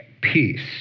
peace